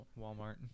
Walmart